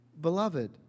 beloved